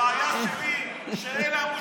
הבעיה שלי היא שאלה,